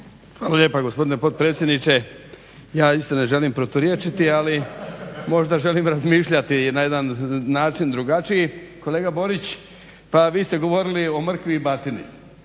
Hvala lijepa gospodine potpredsjedniče. Ja isto ne želim proturječiti, ali možda želim razmišljati na jedan način drugačiji. Kolega Borić pa vi ste govorili o mrkvi i batini